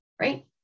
right